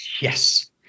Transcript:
Yes